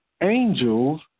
angels